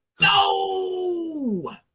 No